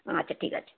আচ্ছা ঠিক আছে